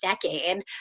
decade